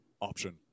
option